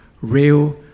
real